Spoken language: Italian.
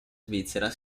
svizzera